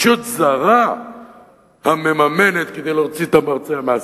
"ישות זרה המממנת" כדי להוציא את המרצע מהשק.